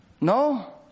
No